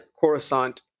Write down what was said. Coruscant